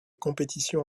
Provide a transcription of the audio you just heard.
compétitions